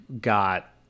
got